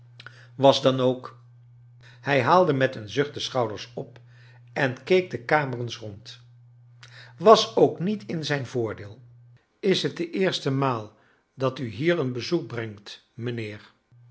was dan ook hij haalde met een zucht de schouders op en keek de kamer eens rond was ook niet in zijn voordeel is t de eerste maal dat u hier een bezoek brengt mijnheer